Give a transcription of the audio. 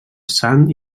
sant